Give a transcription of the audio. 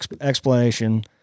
explanation